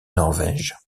norvège